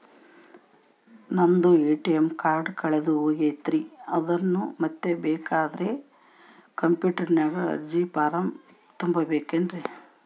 ನಂದು ATM card ಕಳೆದು ಹೋಗೈತ್ರಿ ಅದನ್ನು ಮತ್ತೆ ತಗೋಬೇಕಾದರೆ ಕಂಪ್ಯೂಟರ್ ನಾಗ ಅರ್ಜಿ ಫಾರಂ ತುಂಬಬೇಕನ್ರಿ?